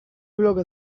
bloke